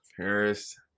Paris